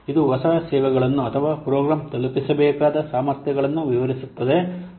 ಇದು ಹೊಸ ಸೇವೆಗಳನ್ನು ಅಥವಾ ಪ್ರೋಗ್ರಾಂ ತಲುಪಿಸಬೇಕಾದ ಸಾಮರ್ಥ್ಯಗಳನ್ನು ವಿವರಿಸುತ್ತದೆ